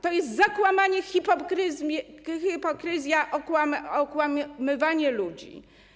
To jest zakłamanie, hipokryzja, okłamywanie ludzie.